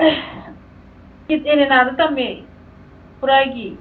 ꯀꯤꯗ ꯑꯦꯔꯦꯅꯥꯗ ꯇꯝꯃꯦ ꯈꯨꯔꯥꯏꯒꯤ